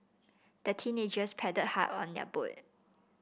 the teenagers paddled hard on their boat